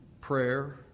prayer